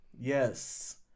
Yes